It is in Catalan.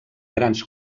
grans